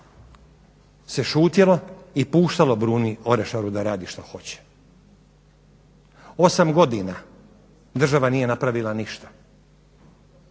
se šutjelo i puštalo Bruni Orešaru da radi što hoće. Osam godina država nije napravila ništa,